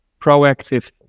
proactive